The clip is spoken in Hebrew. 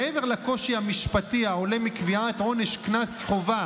מעבר לקושי המשפטי העולה מקביעת עונש קנס חובה